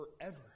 forever